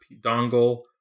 dongle